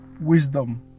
wisdom